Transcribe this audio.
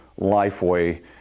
Lifeway